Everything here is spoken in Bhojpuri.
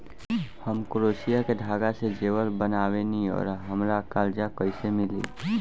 हम क्रोशिया के धागा से जेवर बनावेनी और हमरा कर्जा कइसे मिली?